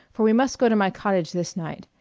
for we must go to my cottage this night.